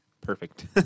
perfect